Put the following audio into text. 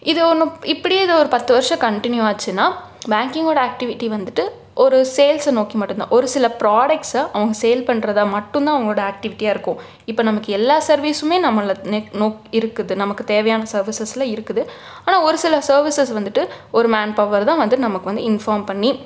இது ஒன்றும் இப்படியே இதை ஒரு பத்து வர்ஷம் கண்டினியூ ஆச்சுன்னா பேங்கிங்கோட ஆக்ட்டிவிட்டி வந்துவிட்டு ஒரு சேல்ஸை நோக்கி மட்டும் தான் ஒரு சில ஃப்ராடக்ட்ஸை அவங்க சேல் பண்ணுறத மட்டும் தான் அவங்களோட ஆக்ட்டிவிட்டியாக இருக்கும் இப்போ நமக்கு எல்லாம் சர்வீஸுமே நம்மளை நெக் நோக்கி இருக்குது நமக்கு தேவையான சர்வீஸஸில் இருக்குது ஆனால் ஒரு சில சர்வீஸஸ் வந்துவிட்டு ஒரு மேன்பவரு தான் வந்துட்டு நமக்கு வந்து இன்ஃபார்ம் பண்ணி